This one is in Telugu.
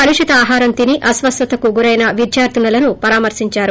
కలుషిత ఆహారం తిని ఆస్వస్థకు గురైన విధ్యార్ధినులను పరామర్నించారు